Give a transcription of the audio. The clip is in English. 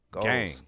Gang